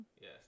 Yes